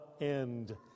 end